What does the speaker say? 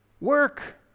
work